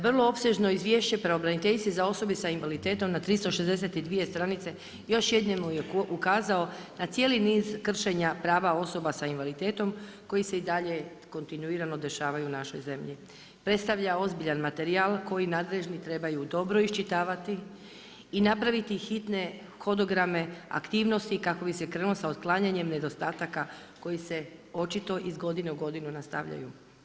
Vrlo opsežno Izvješće pravobraniteljice za osobe sa invaliditetom na 362 još jednom je ukazalo na cijeli niz kršenja prava osoba sa invaliditetom koji se i dalje kontinuirano dešavaju u našoj zemlji, predstavlja ozbiljan materijal koji nadređeni trebaju dobro iščitavati i napraviti hitne hodograme aktivnosti kako bi se krenulo sa otklanjanjem nedostataka koji se očito iz godine u godinu nastavljaju.